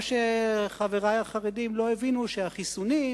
מה שחברי החרדים לא הבינו הוא שהחיסונים,